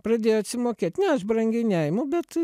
pradėjo atsimokėt ne aš brangiai neimu bet